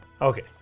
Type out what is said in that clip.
Okay